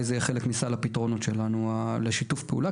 זה יהיה חלק מסל הפתרונות לשיתוף פעולה,